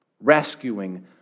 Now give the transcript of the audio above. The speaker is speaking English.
Rescuing